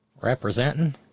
Representing